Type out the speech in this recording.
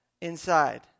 inside